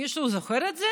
מישהו זוכר את זה